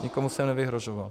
Nikomu jsem nevyhrožoval.